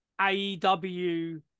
AEW